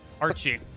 Archie